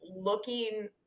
looking